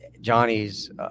Johnny's